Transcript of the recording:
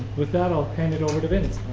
with that, i'll turn it over to vince.